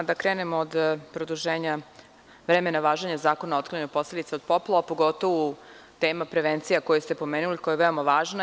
Da krenem od produženja vremena važenja Zakona o otklanjanju posledica od poplava, pogotovu tema prevencije koju ste pomenuli, koja je veoma važna.